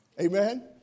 Amen